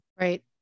Right